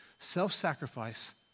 Self-sacrifice